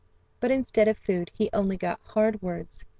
but instead of food he only got hard words,